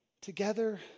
together